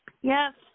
Yes